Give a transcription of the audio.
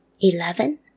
eleven